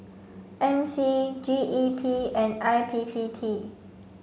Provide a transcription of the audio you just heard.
M C G E P and I P P T